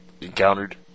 encountered